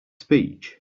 speech